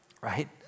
Right